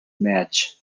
match